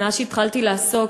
מאז התחלתי לעסוק,